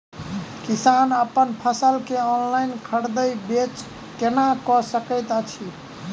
किसान अप्पन फसल केँ ऑनलाइन खरीदै बेच केना कऽ सकैत अछि?